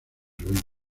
ruinas